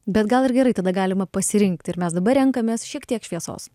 bet gal ir gerai tada galima pasirinkti ir mes dabar renkamės šiek tiek šviesos